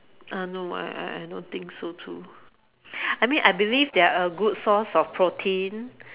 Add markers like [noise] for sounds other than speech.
uh no I I I don't think so too [breath] I mean I believe they are a good source of protein